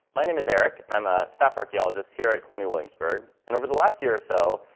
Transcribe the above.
my name is eric and i'm a staff archeologist here at colonial williamsburg and over the last year or so,